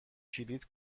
کلید